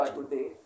today